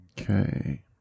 Okay